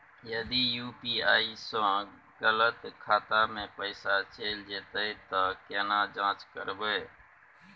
यदि यु.पी.आई स गलत खाता मे पैसा चैल जेतै त केना जाँच करबे?